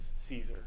Caesar